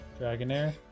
Dragonair